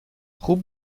خوب